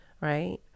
right